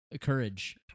courage